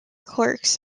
clerks